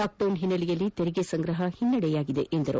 lockdown ಹಿನ್ನಲೆಯಲ್ಲಿ ತೆರಿಗೆ ಸಂಗ್ರಹದಲ್ಲಿ ಹಿನ್ನಡೆಯಾಗಿದೆಂದರು